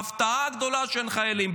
ההפתעה הגדולה שאין חיילים.